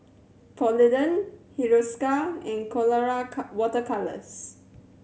Polident Hiruscar and Colora water colours